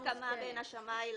את ההסכמה בין השמאי.